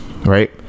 right